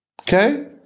Okay